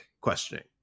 questioning